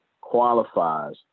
qualifies